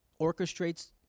orchestrates